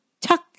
Tuck